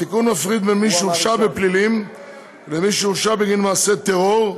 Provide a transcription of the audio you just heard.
התיקון מפריד בין מי שהורשע בפלילים למי שהורשע בגין מעשה טרור,